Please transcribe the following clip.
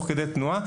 תוך כדי תנועה,